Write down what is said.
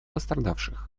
пострадавших